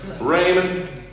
Raymond